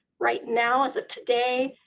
right now, as of today,